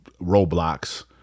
Roblox